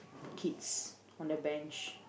kids on the bench